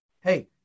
Hey